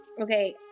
Okay